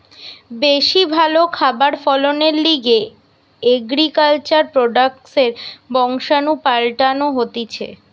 বেশি ভালো খাবার ফলনের লিগে এগ্রিকালচার প্রোডাক্টসের বংশাণু পাল্টানো হতিছে